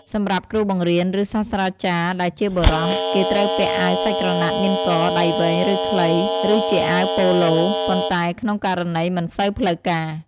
សម្រាប់គ្រូបង្រៀន ឬ សាស្ត្រាចារ្យដែលជាបុរស គេត្រូវពាក់អាវសាច់ក្រណាត់មានក ដៃវែង ឬ ខ្លី ឬជាអាវប៉ូឡូ ប៉ុន្តែក្នុងករណីមិនសូវផ្លូវការ។